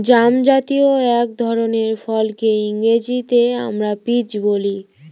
জামজাতীয় এক ধরনের ফলকে ইংরেজিতে আমরা পিচ বলি